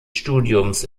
studiums